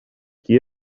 qui